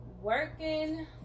Working